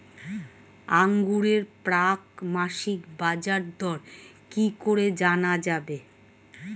আঙ্গুরের প্রাক মাসিক বাজারদর কি করে জানা যাবে?